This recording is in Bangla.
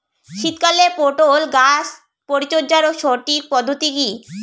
শীতকালে পটল গাছ পরিচর্যার সঠিক পদ্ধতি কী?